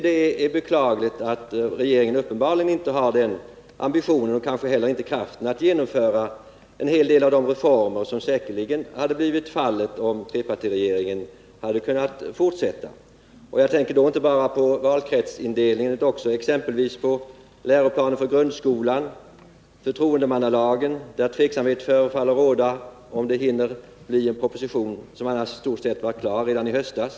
Det är beklagligt att regeringen uppenbarligen inte har ambitionen och kanske inte heller kraften att genomföra en hel del av de reformer som säkerligen hade kommit till stånd, om trepartiregeringen hade kunnat sitta kvar. Jag tänker då inte bara på valkretsindelningen utan också på frågor som läroplanen för grundskolan och förtroendemannalagen. I det senare fallet förefaller tveksamhet råda om huruvida man hinner lägga fram en proposition, trots att den i stort sett var klar redan i höstas.